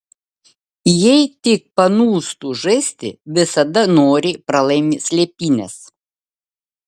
jei tik panūstu žaisti visada noriai pralaimi slėpynes